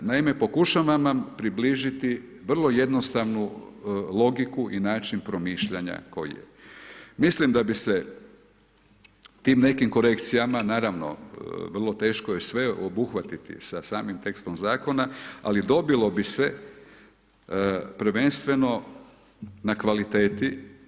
Naime, pokušavam vam približit vrlo jednostavnu logiku i način promišljanja koji je, mislim da bi se tim nekim korekcijama, naravno vrlo teško je sve obuhvatiti sa samim tekstom zakona, ali dobilo bi se prvenstveno na kvaliteti.